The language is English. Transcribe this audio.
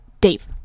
Dave